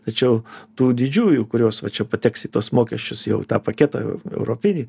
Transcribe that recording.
tačiau tų didžiųjų kurios va čia pateks į tuos mokesčius jau į tą paketą europinį